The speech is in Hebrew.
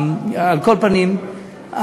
על כל פנים,